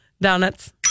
Donuts